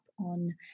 on